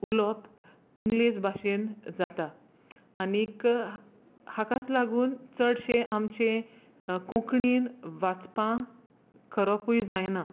उलोवप इंग्लेज भाशेंत जाता आनीक हाकाच लागून चडशे आमचे कोंकणीन वाचपां करपूय जायना